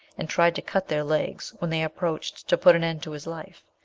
and tried to cut their legs when they approached to put an end to his life.